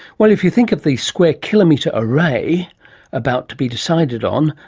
well, if you think of the square kilometre array about to be decided on,